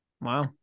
Wow